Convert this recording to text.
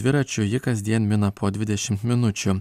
dviračiu ji kasdien mina po dvidešimt minučių